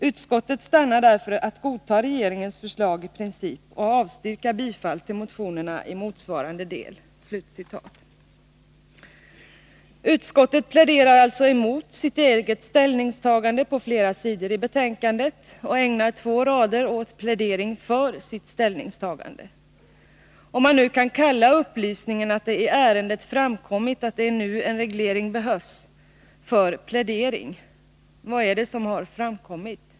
Utskottet stannar därför för att godta regeringens förslag i princip och avstyrka bifall till motionerna i motsvarande del.” Utskottet pläderar alltså på flera sidor i betänkandet emot sitt eget ställningstagande och ägnar två rader åt plädering för sitt ställningstagande. Om man nu kan kalla upplysningen att det i ärendet framkommit att det är nu en reglering behövts för plädering. Vad är det som har framkommit?